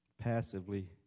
passively